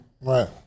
Right